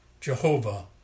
Jehovah